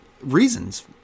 reasons